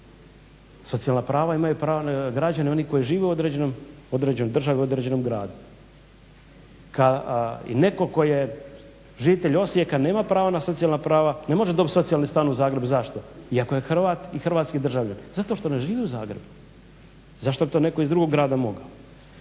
Socijalna prava imaju građani oni koji žive u određenoj državi u određenom gradu. I netko tko je žitelj Osijeka nema pravo na socijalna prava, ne može dobiti socijalni stan u Zagrebu. Zašto? Iako je Hrvat i hrvatski državljanin. Zato što ne živi u Zagrebu. Zašto bi to netko iz drugog grada mogao?